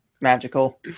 magical